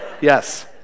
yes